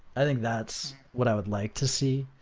i think that's what i would like to see,